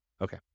Okay